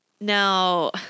now